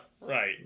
right